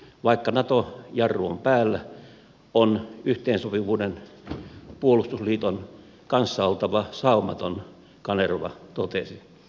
vaikka nato jarru on päällä on yhteensopivuuden puolustusliiton kanssa oltava saumatonta kanerva totesi